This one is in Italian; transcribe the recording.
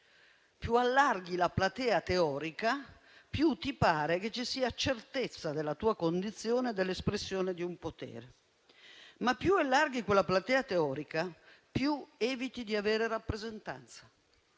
Più allarghi la platea teorica, più ti pare che ci sia certezza nella tua condizione dell'espressione di un potere. Ma più allarghi quella platea teorica, più eviti di avere rappresentanza.